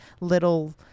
little